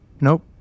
Nope